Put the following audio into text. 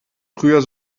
früher